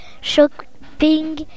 shopping